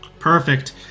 Perfect